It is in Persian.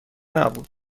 نبود